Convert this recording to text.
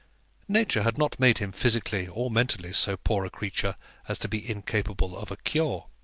nature had not made him physically or mentally so poor a creature as to be incapable of a cure.